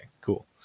cool